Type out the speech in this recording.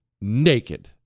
naked